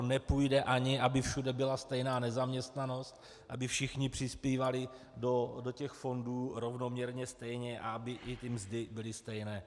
Nepůjde ani, aby všude byla stejná nezaměstnanost, aby všichni přispívali do těch fondů rovnoměrně a stejně a aby i mzdy byly stejné.